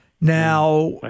Now